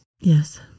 Yes